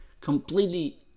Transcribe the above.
completely